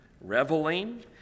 reveling